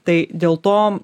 tai dėl to